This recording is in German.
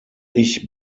ich